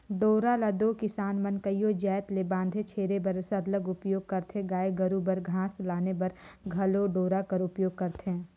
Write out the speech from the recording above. डोरा ल दो किसान मन कइयो जाएत ल बांधे छोरे बर सरलग उपियोग करथे गाय गरू बर घास लाने बर घलो डोरा कर उपियोग करथे